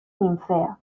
ninfea